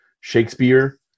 Shakespeare